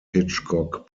hitchcock